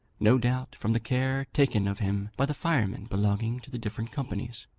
no doubt from the care taken of him by the firemen belonging to the different companies.